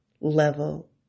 level